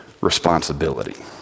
responsibility